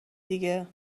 دیگه